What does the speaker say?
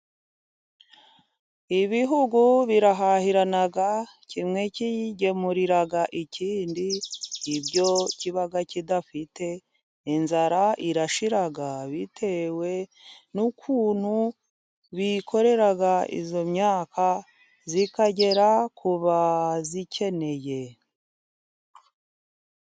Ibihugu birahahirana kimwe kigemuriraga ikindi ibyo kiba kidafite. Inzara irashira bitewe n'ukuntu bikorera iyo myaka ikagera ku bayikeneye.